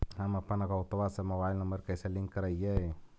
हमपन अकौउतवा से मोबाईल नंबर कैसे लिंक करैइय?